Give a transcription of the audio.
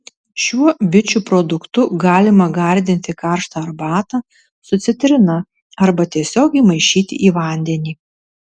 šiuo bičių produktu galima gardinti karštą arbatą su citrina arba tiesiog įmaišyti į vandenį